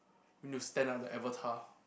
going to stand at the avatar